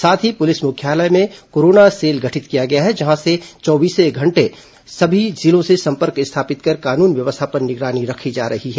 साथ ही पुलिस मुख्यालय में कोरोना सेल गठित किया गया है जहां से चौबीसों घण्टे सभी जिलों से संपर्क स्थापित कर कानून व्यवस्था पर निगरानी रखी जा रही है